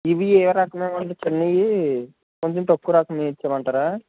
ఇవి ఏ రకం ఇవ్వాలి చిన్నవి కొంచెం తక్కువ రకం ఇవ్వమంటారా